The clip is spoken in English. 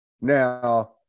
now